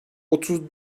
otuz